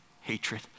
hatred